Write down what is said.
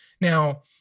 Now